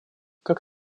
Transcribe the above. как